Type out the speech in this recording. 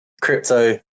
crypto